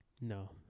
No